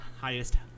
highest